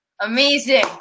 Amazing